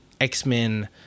X-Men